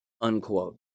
unquote